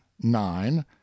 nine